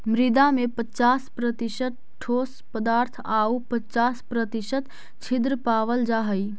मृदा में पच्चास प्रतिशत ठोस पदार्थ आउ पच्चास प्रतिशत छिद्र पावल जा हइ